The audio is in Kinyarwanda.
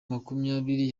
makumyabiri